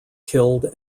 killed